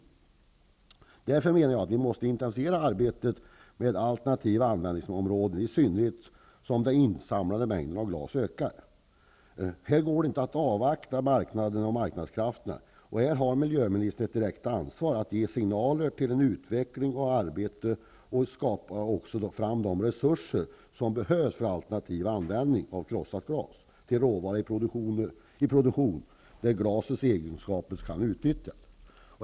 Av det skälet menar jag att vi måste intensifiera arbetet att finna alternativa användningsområden, i synnerhet som den insamlade mängden glas ökar. Här går det inte att avvakta vad marknadskrafterna skall göra, utan miljöministern har ett direkt ansvar för att ge signaler om utvecklingsarbete och också skapa fram de resurser som behövs för alternativ användning av krossat glas som råvara i produktion där glasets egenskaper kan utnyttjas.